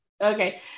okay